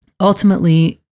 ultimately